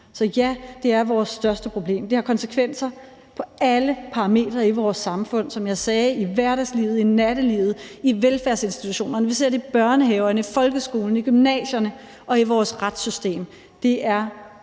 Så ja, det er vores største problem, og det har, som jeg sagde, konsekvenser på alle parametre i vores samfund, i hverdagslivet, i nattelivet, i velfærdsinstitutionerne, vi ser det i børnehaverne, i folkeskolen, i gymnasierne og i vores retssystem. Det er